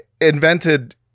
invented